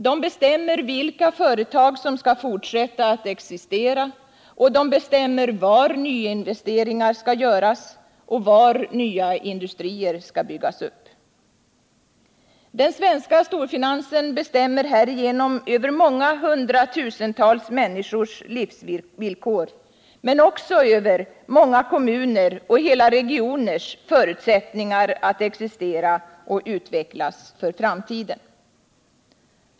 Man bestämmer vilka företag som skall fortsätta att existera, var nyinvesteringar skall göras och var nya industrier skall byggas upp. Den svenska storfinansen bestämmer härigenom många hundratusentals människors livsvillkor men också många kommuners och hela regioners förutsättningar att existera och utvecklas för framtiden.